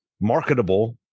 marketable